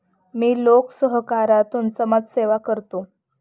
मी लोकसहकारातून समाजसेवा करतो